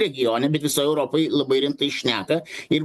regione bet visoj europoj labai rimtai šneka ir